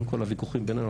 עם כל הוויכוחים בינינו,